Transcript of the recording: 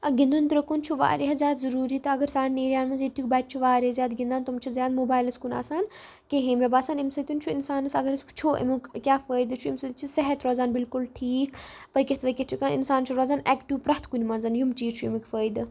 آ گِنٛدُن درٛۅکُن چھُ واریاہ زیادٕ ضروٗری تہٕ اگر سانٮ۪ن ایٚرِیاہَن منٛز ییٚتیُک بَچہٕ چھُ واریاہ زیادٕ گِنٛدان تِم چھِ زیادٕ موبایلس کُن آسان کِہیٖنٛۍ مےٚ باسان اَمہِ سۭتٮ۪ن چھُ اِنسانَس اگر أسۍ وُچھو اَمیُک کیٛاہ فٲیدٕ چھُ اَمہِ سۭتۍ چھُ صحت روزان بِلکُل ٹھیٖک پٔکِتھ ؤکِتھ چھُ ہٮ۪کان اِنسان چھُ روزان ایکٹیٛوٗ پرٛتھ کُنہِ منٛز یِم چیٖز چھِ اَمیُک فٲیدٕ